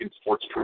Sports